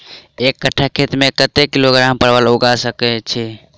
एक कट्ठा खेत मे कत्ते किलोग्राम परवल उगा सकय की??